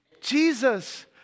Jesus